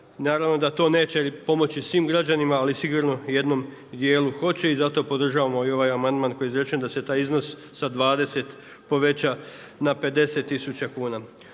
naravno da to neće pomoći svim građanima ali sigurno jednim djelu hoće i zato podržavamo i ovaj amandman koji je izrečen, da se taj iznos sa 20 poveća na 50 tisuća kuna.